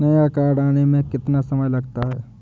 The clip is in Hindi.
नया कार्ड आने में कितना समय लगता है?